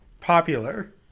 popular